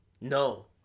No